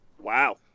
Wow